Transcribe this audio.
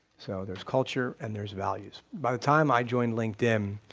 so there's culture and there's values. by the time i joined linkedin,